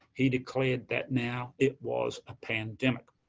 he declared that now it was a pandemic.